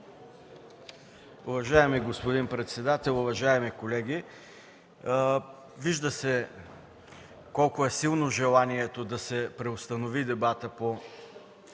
Уважаеми господин председател, уважаеми колеги! Вижда се колко е силно желанието да се преустанови дебатът по